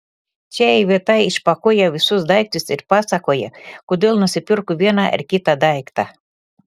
čia iveta išpakuoja visus daiktus ir pasakoja kodėl nusipirko vieną ar kitą daiktą